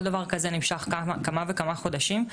כל דבר כזה נמשך כמה וכמה חודשים.